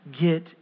get